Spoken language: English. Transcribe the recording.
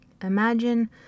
Imagine